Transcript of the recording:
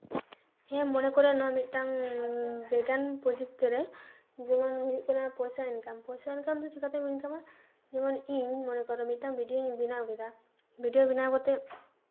ᱦᱮᱸ ᱢᱚᱱᱮ ᱠᱚᱨᱚ ᱱᱚᱣᱟ ᱢᱤᱫᱴᱟᱝ ᱡᱟᱭᱜᱟᱱ ᱯᱨᱚᱡᱩᱠᱛᱤ ᱨᱮ ᱡᱮᱢᱚᱱ ᱦᱩᱭᱩᱜ ᱠᱟᱱᱟ ᱯᱚᱭᱥᱟ ᱤᱱᱠᱟᱢ ᱯᱚᱭᱥᱟ ᱤᱱᱠᱟᱢ ᱫᱚ ᱪᱮᱠᱟᱛᱮᱢ ᱤᱱᱠᱟᱢᱟ ᱡᱮᱚᱱ ᱤᱧ ᱢᱚᱱᱮ ᱠᱚᱨᱚ ᱢᱤᱫᱴᱟᱝ ᱵᱷᱤᱰᱭᱳᱧ ᱵᱮᱱᱟᱣ ᱠᱮᱫᱟ ᱵᱷᱤᱰᱭᱳ ᱵᱮᱱᱟᱣ ᱠᱟᱛᱮ